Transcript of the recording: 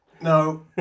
no